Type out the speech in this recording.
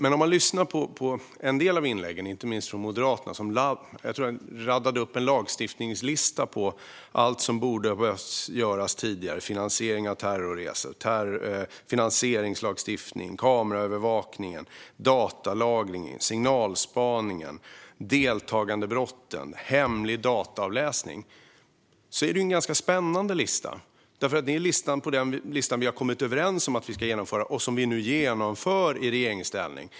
I en del av inläggen, inte minst de från Moderaterna, raddade man upp en lista över all lagstiftning som borde komma tidigare: finansiering av terrorresor, finansieringslagstiftning, kameraövervakning, datalagring, signalspaning, deltagandebrott, hemlig dataavläsning. Det är en ganska spännande lista, för det är dessa saker vi har kommit överens om att vi ska genomföra och nu genomför i regeringsställning.